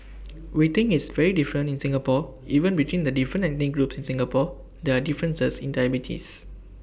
we think it's very different in Singapore even between the different ethnic groups in Singapore there are differences in diabetes